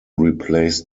replaced